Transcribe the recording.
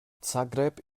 zagreb